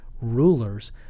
rulers